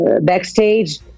backstage